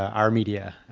our media.